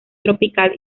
tropical